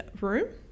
room